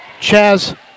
Chaz